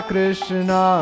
Krishna